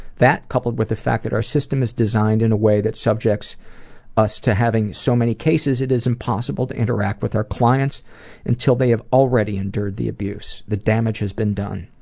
that, coupled with the fact that our system is designed in a way that subjects us to having so many cases, it is impossible to interact with our clients until they have already endured the abuse. the damage has been done.